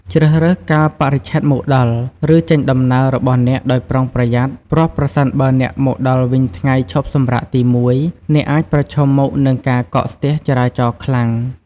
ជ្រើសរើសកាលបរិច្ឆេទមកដល់ ឬចេញដំណើររបស់អ្នកដោយប្រុងប្រយ័ត្ន ព្រោះ ប្រសិនបើអ្នកមកដល់វិញថ្ងៃឈប់សម្រាកទីមួយ អ្នកអាចប្រឈមមុខនឹងការកកស្ទះចរាចរណ៍ខ្លាំង។